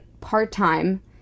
part-time